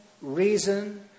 reason